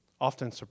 Often